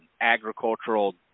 agricultural